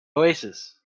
oasis